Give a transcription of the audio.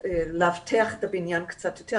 ולאבטח את הבניין קצת יותר.